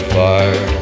fire